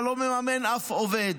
אתה לא מממן אף עובד.